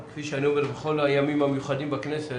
כפי שאני אומר בכל הימים המיוחדים בכנסת,